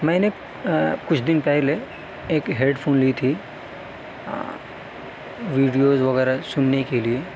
میں نے کچھ دن پہلے ایک ہیڈفون لی تھی ویڈیوز وغیرہ سننے کے لیے